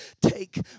take